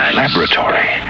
laboratory